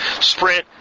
Sprint